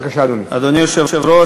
אדוני היושב-ראש,